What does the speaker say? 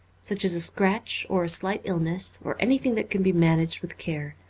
such as a scratch or a slight illness, or anything that can be managed with care.